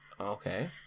Okay